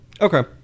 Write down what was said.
Okay